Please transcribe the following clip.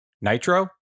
Nitro